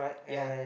ya